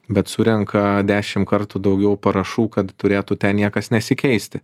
bet surenka dešim kartų daugiau parašų kad turėtų ten niekas nesikeisti